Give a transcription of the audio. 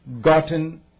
gotten